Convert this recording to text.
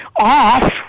off